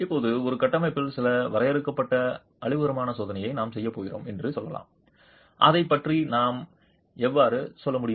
இப்போது ஒரு கட்டமைப்பில் சில வரையறுக்கப்பட்ட அழிவுகரமான சோதனையை நாம் செய்யப் போகிறோம் என்று சொல்லலாம் அதைப் பற்றி நாம் எவ்வாறு செல்ல முடியும்